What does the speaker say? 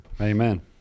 Amen